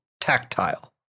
tactile